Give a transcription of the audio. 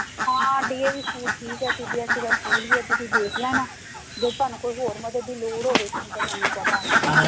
ਹਾਂ D A V school ਠੀਕ ਹੈ ਸੀ ਬੀ ਐੱਸ ਈ ਦਾ ਸਕੂਲ ਵੀ ਹੈ ਤੁਸੀਂ ਦੇਖ ਲੈਣਾ ਜੇ ਤੁਹਾਨੂੰ ਕੋਈ ਹੋਰ ਮਦਦ ਦੀ ਲੋੜ ਹੋਵੇ ਮੈਨੂੰ ਤਾਂ ਦੱਸ ਦੇਣਾ